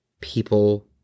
people